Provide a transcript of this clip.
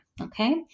Okay